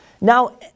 Now